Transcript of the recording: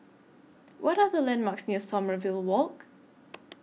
What Are The landmarks near Sommerville Walk